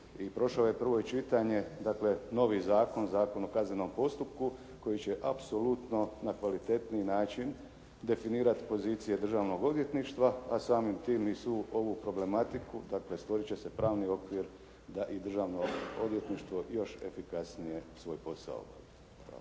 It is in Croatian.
prošao je prvo čitanje, dakle novi zakon, Zakon o kaznenom postupku koji će apsolutno na kvalitetniji način definirati pozicije Državnog odvjetništva, a samim tim i svu ovu problematiku, dakle složiti će se pravni okvir da i Državno odvjetništvo još efikasnije svoj posao obavlja.